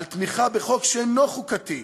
על תמיכה בחוק שאינו חוקתי,